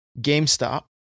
GameStop